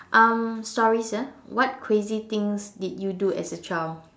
um stories ah what crazy things did you do as a child